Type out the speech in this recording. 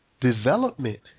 development